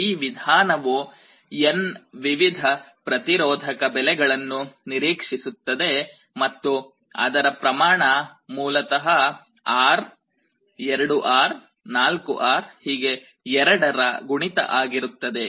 ಈ ವಿಧಾನವು n ವಿವಿಧ ಪ್ರತಿರೋಧಕ ಬೆಲೆಗಳನ್ನು ನಿರೀಕ್ಷಿಸುತ್ತದೆ ಮತ್ತು ಅದರ ಪ್ರಮಾಣ ಮೂಲತಃ R 2R 4R 2 ರ ಗುಣಿತ ಆಗಿರುತ್ತದೆ